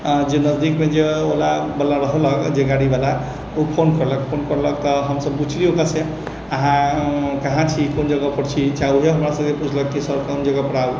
जे नजदिकमे जे ओला बला रहलक जे गाड़ी बला ओ फोन करलक तऽ हम सभ पुछलियै ओकरासँ अहाँ कहाँ छी कोन जगह पर छी चाहे ओहे हमरा सभके पुछलक कि सर कोन जगह पर आऊ